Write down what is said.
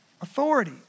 authority